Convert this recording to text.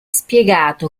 spiegato